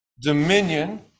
dominion